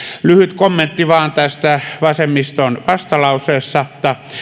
lyhyt kommentti vain tästä vasemmiston vastalauseesta